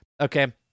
Okay